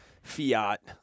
Fiat